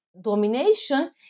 Domination